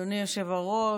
אדוני היושב-ראש,